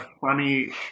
funny